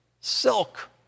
silk